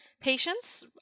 patients